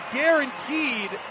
guaranteed